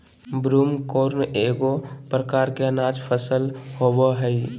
broomcorn एगो प्रकार के अनाज फसल होबो हइ